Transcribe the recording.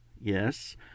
yes